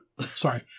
Sorry